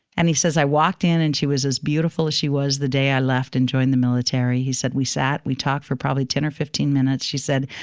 and he says, i walked in and she was as beautiful as she was the day i left and joined the military. he said, we sat, we talked for probably ten or fifteen minutes. she said,